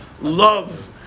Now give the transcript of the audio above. love